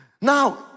Now